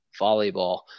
volleyball